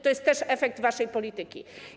To jest też efekt waszej polityki.